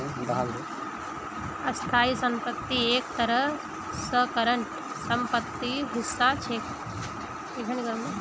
स्थाई संपत्ति एक तरह स करंट सम्पत्तिर हिस्सा छिके